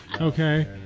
Okay